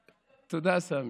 תודה, סמי.